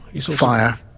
Fire